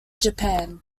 japan